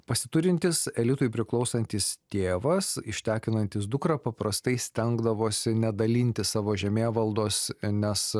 pasiturintis elitui priklausantis tėvas ištekinantis dukrą paprastai stengdavosi nedalinti savo žemėvaldos nes